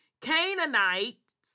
Canaanites